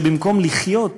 שבמקום לחיות,